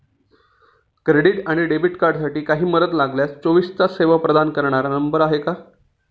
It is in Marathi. क्रेडिट आणि डेबिट कार्डसाठी काही मदत लागल्यास चोवीस तास सेवा प्रदान करणारा नंबर आहे का?